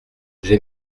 j’ai